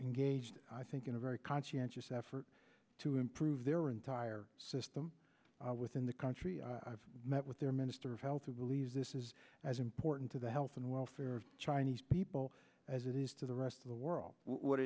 engaged i think in a very conscientious effort to improve their entire system within the country i've met with their minister of health to believe this is as important to the health and welfare of chinese people as it is to the rest of the world what